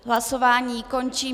Hlasování končím.